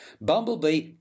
Bumblebee